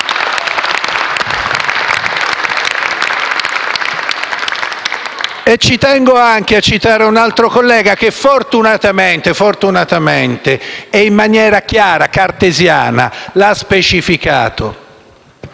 Ci tengo anche a citare un altro collega che fortunatamente, in maniera chiara e cartesiana, ha specificato